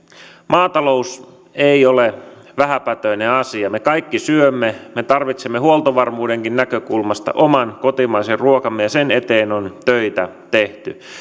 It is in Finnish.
maatalous ei ole vähäpätöinen asia me kaikki syömme me tarvitsemme huoltovarmuudenkin näkökulmasta oman kotimaisen ruokamme ja sen eteen on töitä tehty